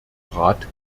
rat